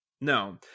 No